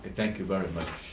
thank you very much.